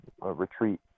retreat